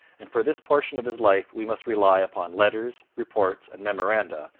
and for this portion of his life we must rely upon letters, reports, and memoranda,